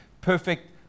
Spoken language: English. perfect